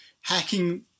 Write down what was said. hacking